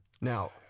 Now